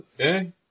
Okay